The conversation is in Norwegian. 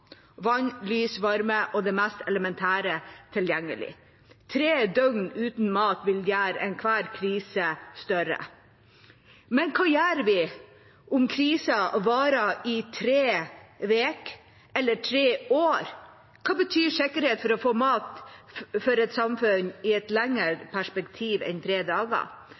vann, lys, varme og det mest elementære tilgjengelig. Tre døgn uten mat vil gjøre enhver krise større. Men hva gjør vi om krisa varer i tre uker eller tre år? Hva betyr sikkerhet for å få mat for et samfunn i et lengre perspektiv enn tre dager?